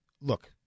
look